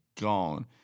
gone